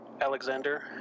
Alexander